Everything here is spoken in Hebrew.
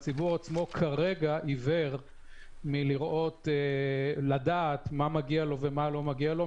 אלא שכרגע הציבור עיוור מלדעת מה מגיע לו ומה לא מגיע לו.